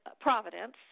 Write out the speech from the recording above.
Providence